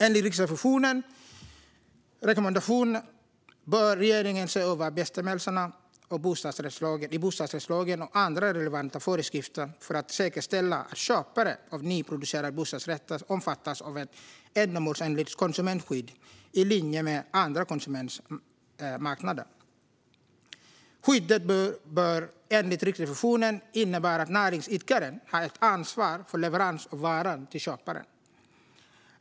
Enligt Riksrevisionens rekommendation bör regeringen se över bestämmelserna i bostadsrättslagen och andra relevanta föreskrifter för att säkerställa att köpare av nyproducerade bostadsrätter omfattas av ett ändamålsenligt konsumentskydd, i linje med andra konsumentmarknader. Skyddet bör, enligt Riksrevisionen, innebära att näringsidkaren har ett ansvar för leverans av varan till köparen.